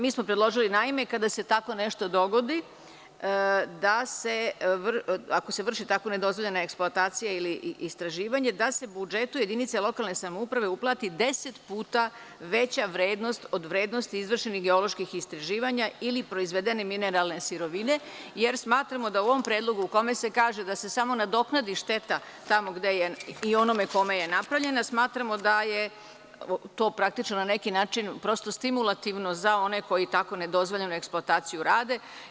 Mi smo predložili kada se tako nešto dogodi da se, ako se vrši tako nedozvoljena eksploatacija ili istraživanje, da se budžetu jedinice lokalne samouprave uplati 10 puta veća vrednost od vrednosti izvršenih geoloških istraživanja ili proizvedene mineralne sirovine jer smatramo da u ovom predlogu u kome se kaže da se samo nadoknadi šteta tamo gde je i onome kome je napravljena, smatramo da je to praktično na neki način stimulativno za one koji tako nedozvoljenu eksploataciju rade.